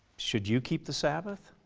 should you keep the sabbath?